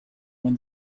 when